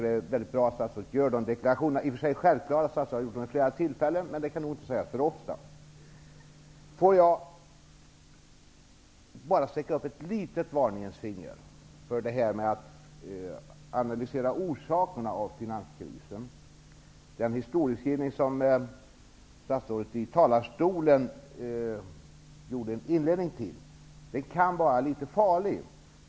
Det är mycket bra att statsrådet gör de i och för sig självklara deklarationerna. Statsrådet har gjort det vid flera tillfällen, men det kan nog inte sägas för ofta. Får jag bara sticka upp ett litet varningens finger när det gäller att analysera orsakerna till finanskrisen. Den historieskrivning som statsrådet i talarstolen gjorde en inledning till kan vara litet farlig.